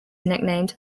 nicknamed